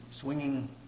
swinging